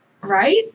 right